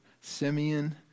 Simeon